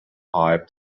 pipe